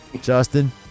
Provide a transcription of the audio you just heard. Justin